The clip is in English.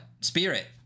Spirit